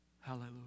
hallelujah